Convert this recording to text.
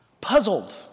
puzzled